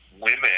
women